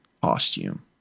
costume